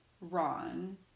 Ron